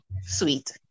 sweet